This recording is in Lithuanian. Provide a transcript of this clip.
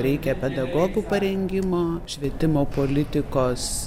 reikia pedagogų parengimo švietimo politikos